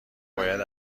باید